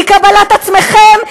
היא קבלת עצמכם,